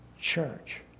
church